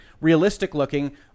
realistic-looking